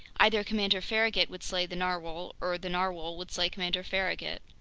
either commander farragut would slay the narwhale, or the narwhale would slay commander farragut.